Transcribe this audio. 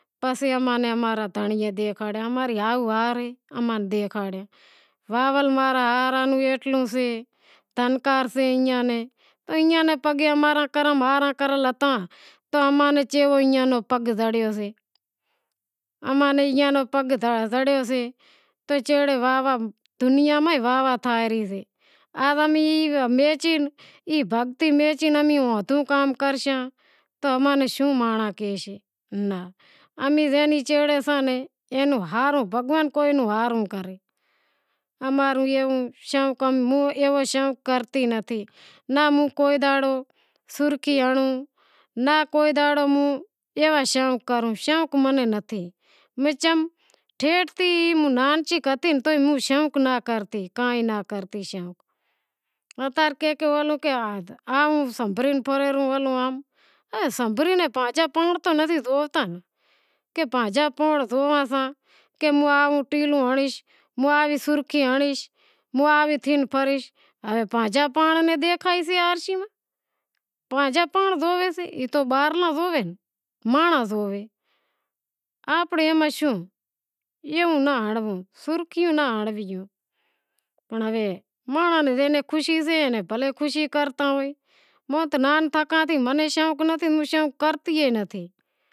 پسے اماں نے اماں نی امارا دھنڑیئے دکھاڑیا اماں ری ہائو ہاری اماں نی دکاھاڑیا دھنکار سے ایئاں نی اماں را کرم ایوا کرل ہتا تو اماں نیں ایئاں جیوو پگ زڑیو سے اماں نی ایئاں نو پگ دھریو سے تو چیڑے دنیا میں بھی وا وا تھائے ری سے۔ بھگتی میچی اماں او کام کرشاں توں اماں نیں شوں مانڑاں کہیسیں، امیں چے ناں ایوو شوق کرتی نتھی، ناں کو دہاڑو سرخی ہنڑوں ناں کوئی دہاڑو کوئی ایوا شوق کروں، شوق موں نیں نتھی، چم نانچی ہتئ تو ئی ہوں شوق ناں کرتی اتارے کہے ہلوں پھرے آئوں ہوے سنبھرے پانجو پانڑ نیں تو نتھی جووتا کہ پانجا پانڑ جقواں کہ ہوں ٹیلو ہنڑیش سرخی ہنڑیش ہوے پانجے پانڑ نی دیکھائی دے آرشی ماں، پانجے پانڑ نی زوواں، اے تو باہرلا زوئیں مانڑاں زوئیں، آنپڑی شوں ایوو ناں ہنڑووں سرخی ناں ہنڑووی پنڑ ہوے مانڑاں زے ناں خوشی سے ای بھلیں خوشی کرتا ہوئیں موں تاں شوق نتھی، ہوں شوق کرتی ئی نتھی۔